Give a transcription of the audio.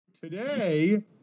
Today